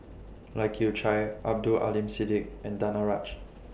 Lai Kew Chai Abdul Aleem Siddique and Danaraj